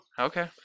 Okay